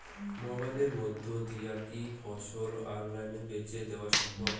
মোবাইলের মইধ্যে দিয়া কি ফসল অনলাইনে বেঁচে দেওয়া সম্ভব?